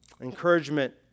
Encouragement